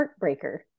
heartbreaker